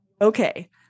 okay